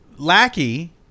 Lackey